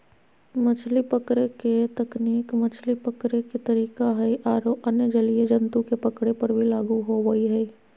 मछली पकड़े के तकनीक मछली पकड़े के तरीका हई आरो अन्य जलीय जंतु के पकड़े पर भी लागू होवअ हई